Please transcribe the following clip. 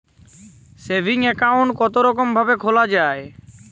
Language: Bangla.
সেভিং একাউন্ট কতরকম ভাবে খোলা য়ায়?